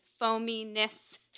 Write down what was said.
foaminess